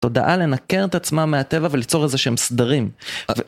תודעה לנקר את עצמה מהטבע וליצור איזה שהם סדרים.